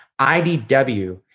IDW